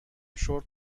شرت